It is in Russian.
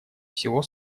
всего